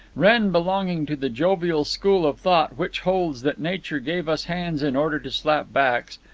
wren belonging to the jovial school of thought which holds that nature gave us hands in order to slap backs,